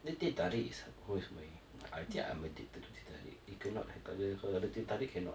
dia teh tarik is always my actually I'm addicted to teh tarik it cannot kalau tak ada tak ada the teh tarik cannot